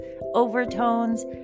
overtones